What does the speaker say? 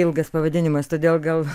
ilgas pavadinimas todėl gal